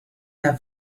der